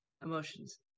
Emotions